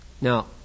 Now